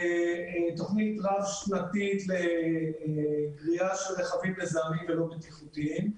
תוכנית רב שנתית לגריעה של רכבים מזהמים ולא בטיחותיים.